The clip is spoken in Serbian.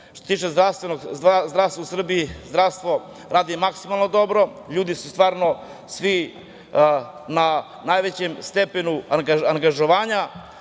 se tiče zdravstva u Srbiji, zdravstvo radi maksimalno dobro, ljudi su stvarno svi na najvećem stepenu angažovanja